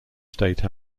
state